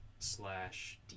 slash